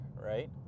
right